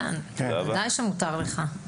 כן, בוודאי שמותר לך.